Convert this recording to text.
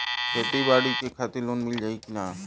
खेती बाडी के खातिर लोन मिल जाई किना?